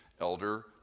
Elder